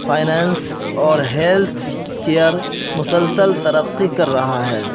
finance اور health care مسلسل ترقی کر رہا ہے